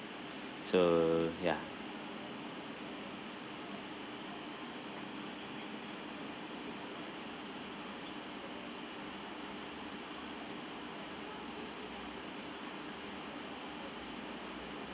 so ya